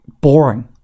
Boring